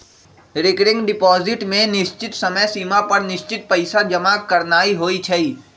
recurring deposit में निश्चित समय सिमा पर निश्चित पइसा जमा करानाइ होइ छइ